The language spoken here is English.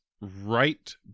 right